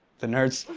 the nerds.